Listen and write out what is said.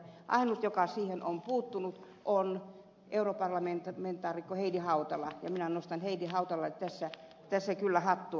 ainut joka siihen on puuttunut on europarlamentaarikko heidi hautala ja minä nostan heidi hautalalle tässä kyllä hattua